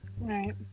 Right